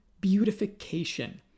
beautification